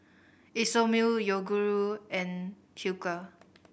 Isomil Yoguru and Hilker